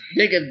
nigga